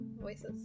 voices